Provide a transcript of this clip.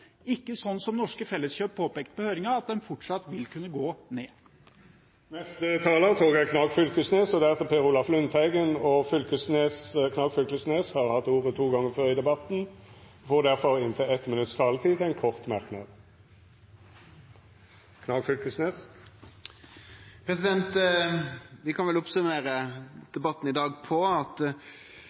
ikke, som Felleskjøpet påpekte i høringen, at de fortsatt vil kunne gå ned. Representanten Torgeir Knag Fylkesnes har hatt ordet to gonger tidlegare i debatten og får ordet til ein kort merknad, avgrensa til 1 minutt. Vi kan vel oppsummere debatten i dag med at regjeringspartia ikkje har svar på